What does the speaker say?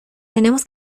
tenemos